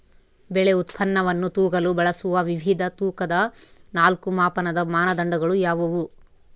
ಬೆಳೆ ಉತ್ಪನ್ನವನ್ನು ತೂಗಲು ಬಳಸುವ ವಿವಿಧ ತೂಕದ ನಾಲ್ಕು ಮಾಪನದ ಮಾನದಂಡಗಳು ಯಾವುವು?